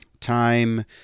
time